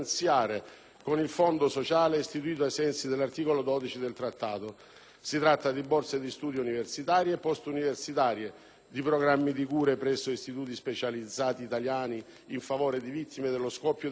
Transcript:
con il Fondo sociale istituito ai sensi dell'articolo 12 del Trattato. Si tratta di borse di studio universitarie e postuniversitarie; di programmi di cure presso istituti specializzati italiani in favore di vittime dello scoppio delle mine;